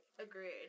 Agreed